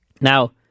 Now